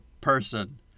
person